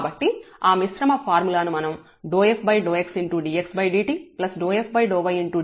కాబట్టి ఆ మిశ్రమ ఫార్ములా ను మనం f∂xdxdtf∂ydydt గా వ్రాయవచ్చు